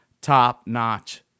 top-notch